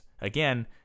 again